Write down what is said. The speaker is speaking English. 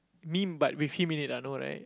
meme but with him in it ah no right